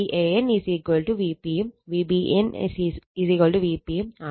Van Vp യും Vbn Vp യും ആണ്